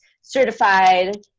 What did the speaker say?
certified